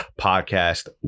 podcast